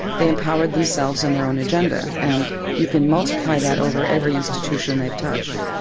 they empowered themselves and their own agenda. and you can multiply that over every institution they've touched.